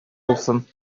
булсын